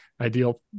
ideal